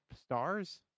stars